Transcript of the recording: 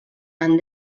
han